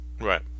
Right